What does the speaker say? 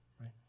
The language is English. right